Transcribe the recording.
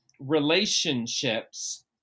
relationships